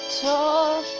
talk